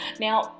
Now